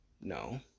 No